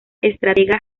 estratega